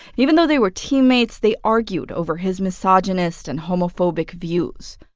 even though they were teammates, they argued over his misogynist and homophobic views.